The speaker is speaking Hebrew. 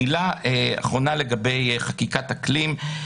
מילה אחרונה לגבי חקיקת אקלים.